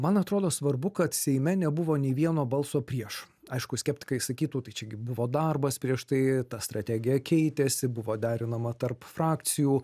man atrodo svarbu kad seime nebuvo nei vieno balso prieš aišku skeptikai sakytų tai čia gi buvo darbas prieš tai ta strategija keitėsi buvo derinama tarp frakcijų